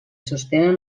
sostenen